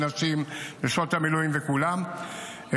ונשות המילואים וכולם,